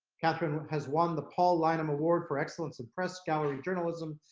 katharine has won the paul lyneham award for excellence in press gallery journalism,